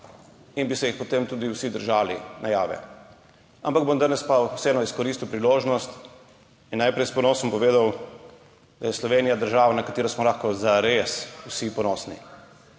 in bi se potem tudi vsi držali najave. Ampak bom danes vseeno izkoristil priložnost in najprej s ponosom povedal, da je Slovenija država, na katero smo lahko zares vsi ponosni.